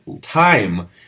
time